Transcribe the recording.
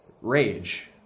Rage